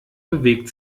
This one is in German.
bewegt